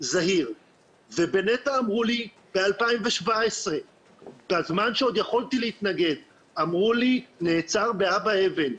זהיר ובנת"ע אמרו לי ב-2017 בזמן שעוד יכולתי להתנגד 'נעצר באבא אבן,